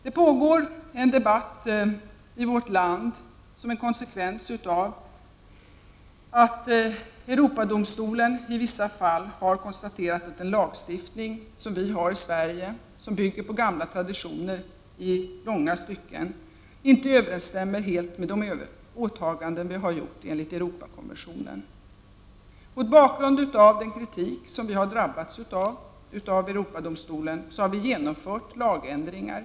Det pågår en debatt i vårt land som en konsekvens av att Europadomstolen i vissa fall har konstaterat att den lagstiftning som vi har i Sverige, som i långa stycken bygger på gamla traditioner, inte överensstämmer helt med de åtaganden vi har gjort enligt Europakonventionen. Mot bakgrund av den kritik som vi har drabbats av från Europadomstolen har vi genomfört lagändringar.